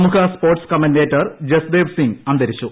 പ്രമുഖ sports commentator Jasdev Singh അന്തരിച്ചു